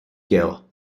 gill